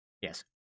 Yes